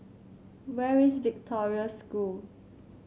where is Victoria School